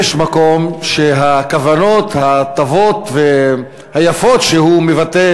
יש מקום שהכוונות הטובות והיפות שהוא מבטא